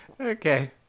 okay